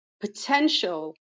potential